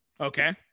Okay